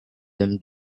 them